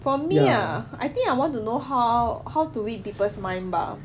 for me ah I think I want to know how how to read people's mind bah